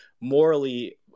morally